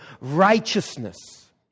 righteousness